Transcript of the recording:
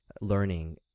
learning